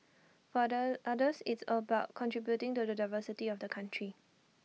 for other others it's about contributing to the diversity of the country